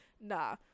nah